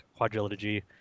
Quadrilogy